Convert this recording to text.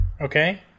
okay